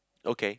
okay